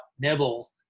Nibble